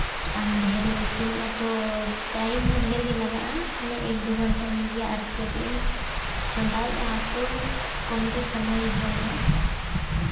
ᱟᱢ ᱰᱷᱮᱹᱨᱮᱢ ᱤᱥᱤᱱᱮᱜᱼᱟ ᱛᱚ ᱴᱟᱭᱤᱢ ᱦᱚᱸ ᱰᱷᱮᱹᱨ ᱜᱮ ᱞᱟᱜᱟᱜᱼᱟ ᱢᱟᱱᱮ ᱮᱹᱠ ᱫᱩ ᱜᱷᱚᱱᱴᱟ ᱦᱩᱭᱩᱜ ᱜᱮᱭᱟ ᱟᱨ ᱠᱟᱹᱡ ᱮᱢ ᱪᱚᱸᱫᱟᱭᱟᱜ ᱛᱚ ᱠᱚᱢ ᱜᱮ ᱥᱚᱢᱚᱭ ᱡᱚᱢᱟ